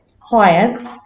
clients